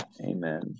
Amen